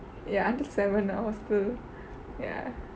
ya until seven I was still ya